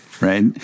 right